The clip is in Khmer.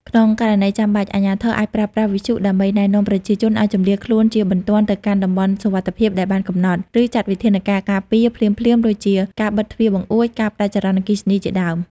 ក្នុងករណីចាំបាច់ អាជ្ញាធរអាចប្រើប្រាស់វិទ្យុដើម្បីណែនាំប្រជាជនឱ្យជម្លៀសខ្លួនជាបន្ទាន់ទៅកាន់តំបន់សុវត្ថិភាពដែលបានកំណត់ ឬចាត់វិធានការការពារភ្លាមៗ ដូចជាការបិទទ្វារបង្អួច ការផ្តាច់ចរន្តអគ្គិសនីជាដើម។